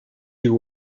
ich